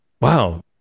Wow